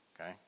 okay